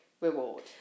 reward